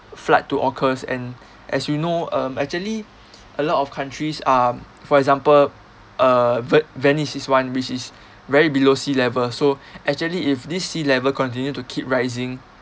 flood to occurs and as you know um actually a lot of countries um for example uh ver~ venice is one which is very below sea level so actually if this sea level continue to keep rising